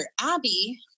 Abby